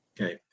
Okay